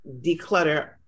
declutter